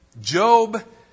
Job